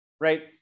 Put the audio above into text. right